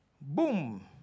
boom